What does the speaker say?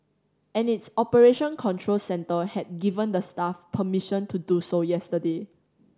and its operation control centre had given the staff permission to do so yesterday